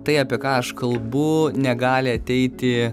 tai apie ką aš kalbu negali ateiti